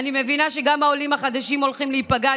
אני מבינה שגם העולים החדשים הולכים להיפגע.